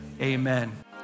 Amen